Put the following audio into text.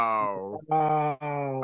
wow